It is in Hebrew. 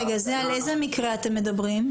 רגע, על איזה מקרה אתם מדברים?